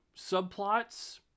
subplots